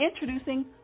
Introducing